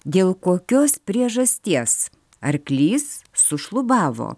dėl kokios priežasties arklys sušlubavo